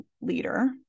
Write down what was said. leader